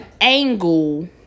angle